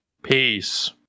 Peace